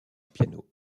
piano